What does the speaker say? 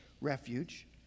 refuge